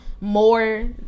more